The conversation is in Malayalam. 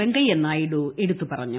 വെങ്കയു നായിഡു എടുത്തു പറഞ്ഞു